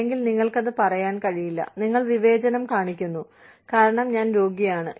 അല്ലെങ്കിൽ നിങ്ങൾക്ക് അത് പറയാൻ കഴിയില്ല നിങ്ങൾ വിവേചനം കാണിക്കുന്നു കാരണം ഞാൻ രോഗിയാണ്